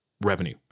revenue